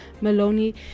maloney